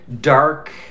dark